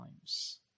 times